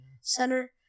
center